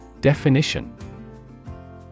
Definition